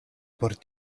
por